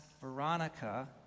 Veronica